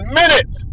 minute